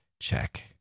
check